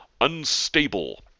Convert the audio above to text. Unstable